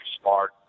Smart